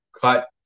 cut